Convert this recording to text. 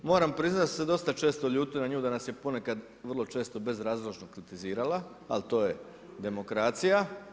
Moram priznati da sam se dosta često ljutio na nju da nas je ponekad vrlo često bezrazložno kritizirala, ali to je demokracija.